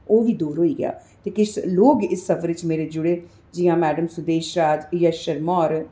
ओह् बी दूर होई गेआ ते किश लोक इस सफर च मेरे जुड़े जियां मैडम सुदेशा यश शर्मा होर